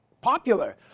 popular